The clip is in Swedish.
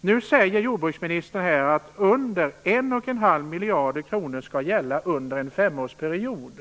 Nu säger jordbruksministern att ett belopp på under en och en halv miljarder kronor skall gälla under en femårsperiod.